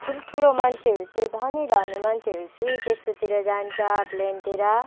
ठुल्ठुलो मान्छेहरू चाहिँ धनी धनी मान्छेहरू चाहिँ त्यस्तोतिर जान्छ प्लेनतिर